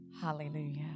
Hallelujah